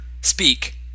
speak